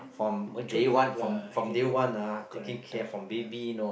mature enough lah as in correct tough ya